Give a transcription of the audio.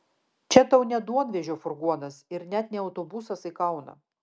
čia tau ne duonvežio furgonas ir net ne autobusas į kauną